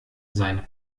seine